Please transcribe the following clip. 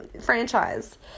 franchise